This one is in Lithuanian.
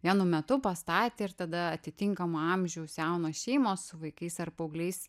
vienu metu pastatė ir tada atitinkamo amžiaus jaunos šeimos su vaikais ar paaugliais